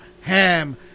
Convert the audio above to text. ham